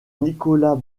nicolas